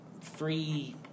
free